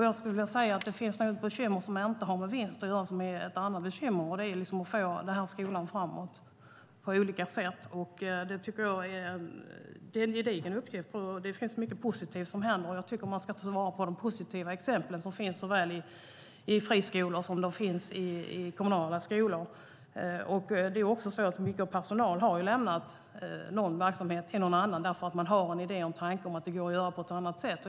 Jag skulle vilja säga att det finns ett annat bekymmer som inte har med vinst att göra, och det är att få skolan framåt på olika sätt. Det är en gedigen uppgift. Det finns mycket positivt som händer, och jag tycker att man ska ta vara på de positiva exemplen som finns såväl i friskolor som i kommunala skolor. Det är också så att mycket personal har lämnat verksamhet för att gå över till någon annan därför att man har en idé och en tanke om att det går att göra på ett annat sätt.